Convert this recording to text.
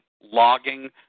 logging